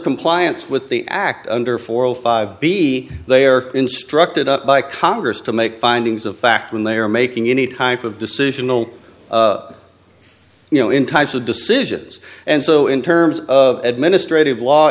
compliance with the act under forty five b they are instructed up by congress to make findings of fact when they are making any type of decision will you know in types of decisions and so in terms of administrative law